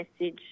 message